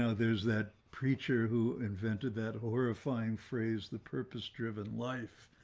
ah there's that preacher who invented that horrifying phrase, the purpose driven life